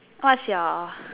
what's your